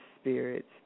spirits